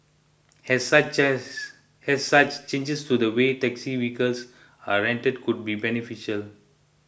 as such as as such changes to the way taxi vehicles are rented could be beneficial